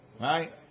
right